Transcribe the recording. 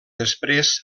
després